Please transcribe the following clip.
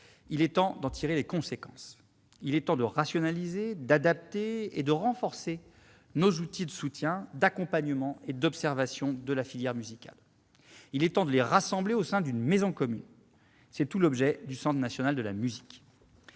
Il est temps d'en tirer les conséquences. Il est temps de rationaliser, d'adapter et de renforcer nos outils de soutien, d'accompagnement et d'observation de la filière musicale. Il est temps de les rassembler au sein d'une maison commune : c'est tout l'objet de la création du Centre national de la musique.